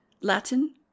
latin